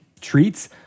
treats